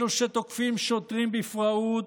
אלו שתוקפים שוטרים בפראות,